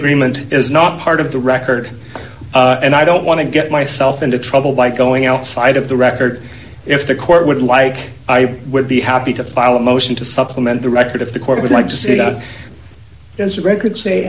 agreement is not part of the record and i don't want to get myself into trouble by going outside of the record if the court would like i would be happy to file a motion to supplement the record if the court would like to see it on the record say